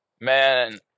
man